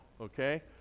okay